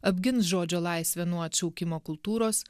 apgins žodžio laisvę nuo atšaukimo kultūros